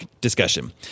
discussion